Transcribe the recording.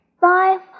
five